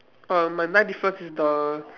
uh my ninth difference is the